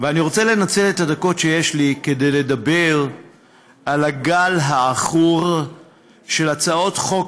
אני רוצה לנצל את הדקות שיש לי כדי לדבר על הגל העכור של הצעות חוק